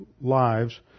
lives